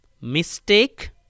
Mistake